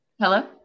hello